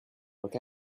look